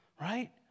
right